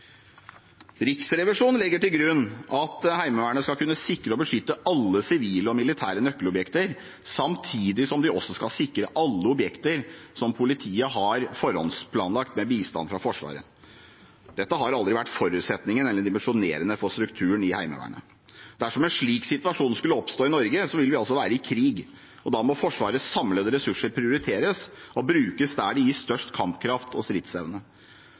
Riksrevisjonen legger til grunn at Heimevernet skal kunne sikre og beskytte alle sivile og militære nøkkelobjekter, samtidig som de også skal sikre alle objekter som politiet har forhåndsplanlagt med bistand fra Forsvaret. Dette har aldri vært forutsetningen for eller dimensjonerende for strukturen i Heimevernet. Dersom en slik situasjon skulle oppstå i Norge, vil vi altså være i krig, og da må Forsvarets samlede ressurser prioriteres og brukes der de gir størst kampkraft og stridsevne.